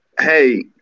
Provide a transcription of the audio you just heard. Hey